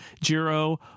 Jiro